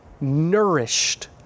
nourished